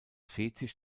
fetisch